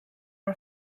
are